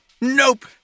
Nope